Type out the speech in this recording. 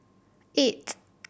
eight